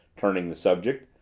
turning the subject,